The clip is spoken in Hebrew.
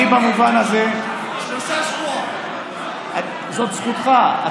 אני במובן הזה, שלושה שבועות, שלושה שבועות.